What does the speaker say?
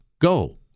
Go